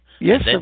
yes